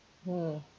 mm